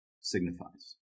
signifies